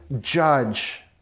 judge